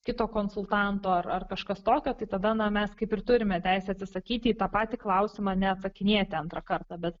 kito konsultanto ar ar kažkas tokio tai tada na mes kaip ir turime teisę atsisakyti į tą patį klausimą neatsakinėti antrą kartą bet